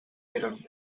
eren